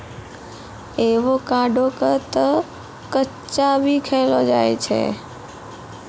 avocado क तॅ कच्चा भी खैलो जाय छै